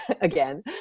again